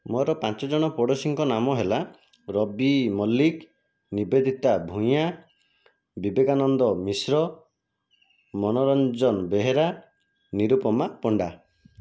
ମୋର ପାଞ୍ଚଜଣ ପଡ଼ୋଶୀଙ୍କ ନାମ ହେଲା ରବି ମଲ୍ଲିକ ନିବେଦିତା ଭୂୟାଁ ବିବେକାନନ୍ଦ ମିଶ୍ର ମନୋରଞ୍ଜନ ବେହେରା ନିରୂପମା ପଣ୍ଡା